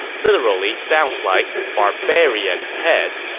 literally sounds like barbarian head.